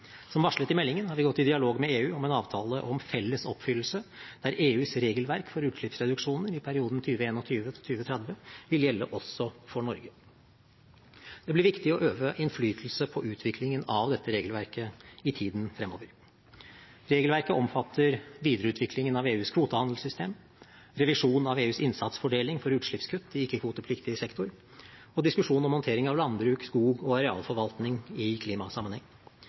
Som varslet i meldingen har vi gått i dialog med EU om en avtale om felles oppfyllelse der EUs regelverk for utslippsreduksjoner i perioden 2021–2030 vil gjelde også for Norge. Det blir viktig å øve innflytelse på utviklingen av dette regelverket i tiden fremover. Regelverket omfatter videreutviklingen av EUs kvotehandelssystem, revisjon av EUs innsatsfordeling for utslippskutt i ikke-kvotepliktig sektor og diskusjon om håndtering av landbruk, skog og arealforvaltning i klimasammenheng.